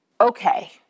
Okay